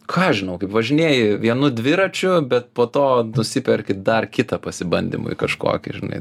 ką aš žinau kaip važinėji vienu dviračiu bet po to nusiperki dar kitą pasibandymui kažkokį žinai